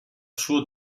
suo